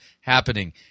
happening